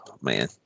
man